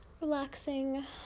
relaxing